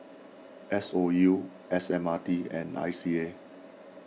S O U S M R T and I C A